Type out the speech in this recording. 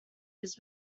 his